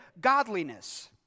godliness